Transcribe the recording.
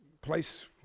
place